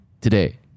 today